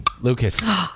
Lucas